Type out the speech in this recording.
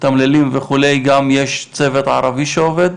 מתמללים וכו' גם יש צוות ערבי שעובד?